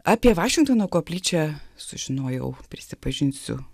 apie vašingtono koplyčią sužinojau prisipažinsiu